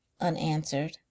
unanswered